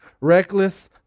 reckless